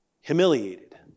humiliated